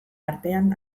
artean